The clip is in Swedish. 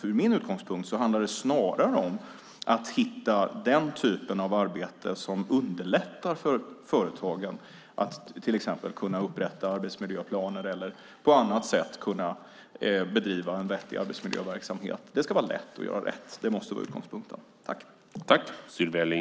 Från min utgångspunkt handlar det snarare om att hitta den typ av arbete som underlättar för företagen att till exempel kunna upprätta arbetsmiljöplaner eller på annat sätt kunna bedriva en vettig arbetsmiljöverksamhet. Det ska vara lätt att göra rätt. Det måste vara utgångspunkten.